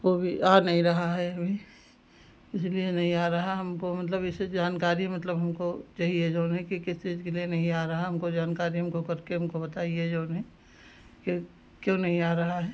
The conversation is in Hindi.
वह भी आ नहीं रहा है अभी किसलिए नहीं आ रहा हमको मतलब जैसे जानकारी मतलब हमको चहिए जो है कि किस चीज़ के लिए नहीं आ रहा हमको जानकारी हमको करके हमको बताइए जो है कि क्यों नहीं आ रहा है